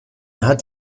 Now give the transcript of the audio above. hat